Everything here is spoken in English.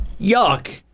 yuck